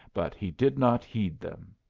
but he did not heed them.